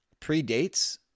predates